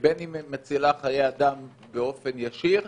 בין אם היא מצילה חיי אדם באופן ישיר,